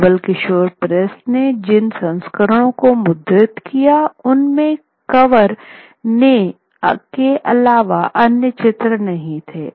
Naval Kishore press ने जिन संस्करणों को मुद्रित किया उनमे कवर के अलावा अन्य चित्र नहीं थे